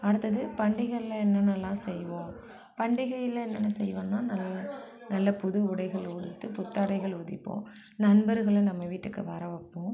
அடுத்தது பண்டிகைல என்னென்னலாம் செய்வோம் பண்டிகையில் என்னென்ன செய்வோம்னா நல்ல நல்ல புது உடைகள் உடுத்தி புத்தாடைகள் உடுத்திப்போம் நண்பர்களை நம்ம வீட்டுக்கு வர வைப்போம்